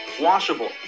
washable